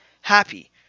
happy